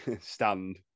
stand